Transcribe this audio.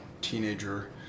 teenager